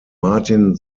martin